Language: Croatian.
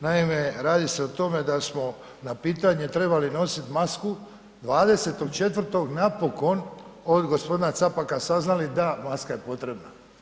Naime, radi se o tome da smo na pitanje trebali nosit masku, 20. 4. napokon od g. Capaka saznali da maska je potrebna.